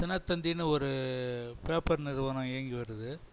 தினத்தந்தின்னு ஒரு பேப்பர் நிறுவனம் இயங்கி வருது